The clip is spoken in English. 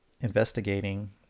investigating